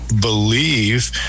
believe